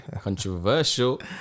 Controversial